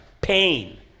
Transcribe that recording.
pain